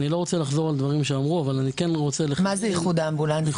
מה זה איחוד האמבולנסים?